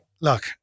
look